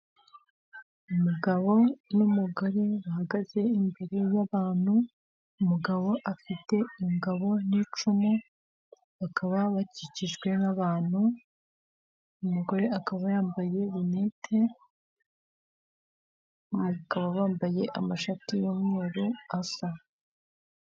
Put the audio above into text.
Umugabo n'umugore bahagaze imbere yabantu; umugabo afite ingabo n'icumu bakaba bakikijwe n'abantu, umugore akaba yambaye rinete; bakaba bambaye amashati y'umweru asa.